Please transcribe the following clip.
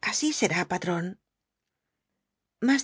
así será patrón